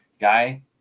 guy